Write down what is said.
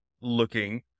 looking